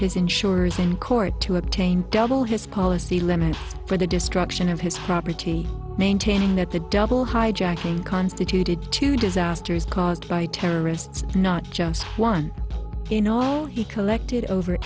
his insurers in court to obtain double his policy limits for the destruction of his property maintaining that the double hijacking constituted two disasters caused by terrorists not just one he collected over